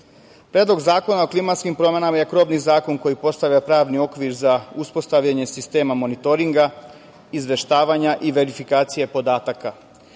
predlog. Predlog zakona o klimatskim promenama je krovni zakon koji postavlja pravni okvir za uspostavljanje sistema monitoringa, izveštavanja i verifikacije podataka.